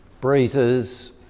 breezes